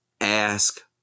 ask